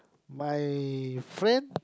my friend